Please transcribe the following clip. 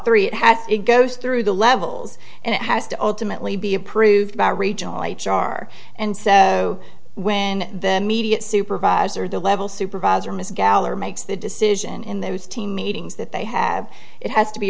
three it has to go through the levels and it has to ultimately be approved by a regional h r and so when the immediate supervisor the level supervisor ms gal or makes the decision in those team meetings that they have it has to be